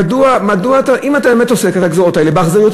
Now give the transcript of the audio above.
אם אתה באמת עושה את הגזירות האלה באכזריות,